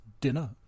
dinner